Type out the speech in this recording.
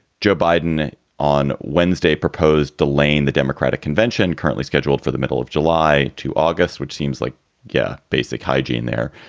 joe biden on wednesday proposed delaying the democratic convention currently scheduled for the middle of july to august, which seems like the yeah basic hygiene there.